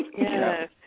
Yes